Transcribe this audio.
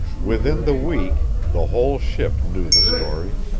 within the week, the whole ship knew the story.